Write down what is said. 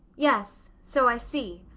yes, so i see.